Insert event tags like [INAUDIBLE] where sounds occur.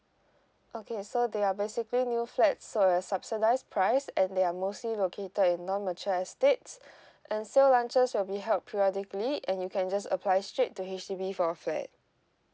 okay so they are basically new flats sold at subsidised price and they are mostly located in non mature estates [BREATH] and sale launches will be held periodically and you can just apply straight to H_D_B for a flat